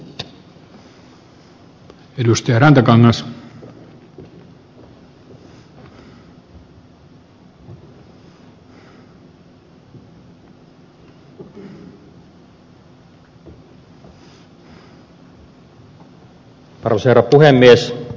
arvoisa herra puhemies